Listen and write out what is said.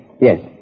Yes